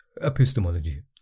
epistemology